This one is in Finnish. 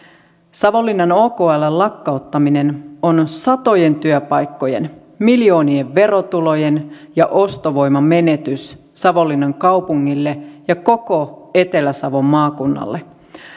savonlinnan okln lakkauttaminen on satojen työpaikkojen miljoonien verotulojen ja ostovoiman menetys savonlinnan kaupungille ja koko etelä savon maakunnalle